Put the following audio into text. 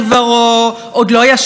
עוד לא נקבע הרכב,